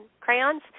crayons